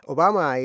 Obama